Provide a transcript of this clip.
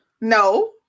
No